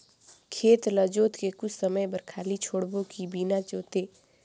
खेत ल जोत के कुछ समय खाली छोड़बो कि बिना जोते?